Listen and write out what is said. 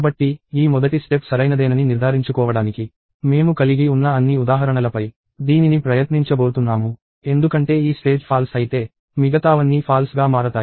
కాబట్టి ఈ మొదటి స్టెప్ సరైనదేనని నిర్ధారించుకోవడానికి మేము కలిగి ఉన్న అన్ని ఉదాహరణలపై దీనిని ప్రయత్నించబోతున్నాము ఎందుకంటే ఈ స్టేజ్ ఫాల్స్ అయితే మిగతావన్నీ ఫాల్స్ గా మారతాయి